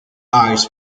eyes